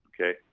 okay